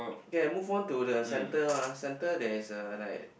okay I move on to the center lah center there is a like